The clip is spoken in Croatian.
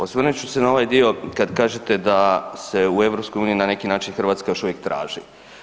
Osvrnut ću se na ovaj dio kad kažete da se u EU na neki način Hrvatska još uvijek traži.